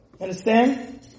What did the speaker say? Understand